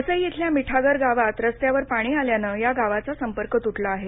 वसई इथल्या मिठागर गावात रस्त्यावर पाणी आल्यानं त्या गावाचा संपर्क त्टला आहे